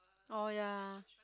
oh ya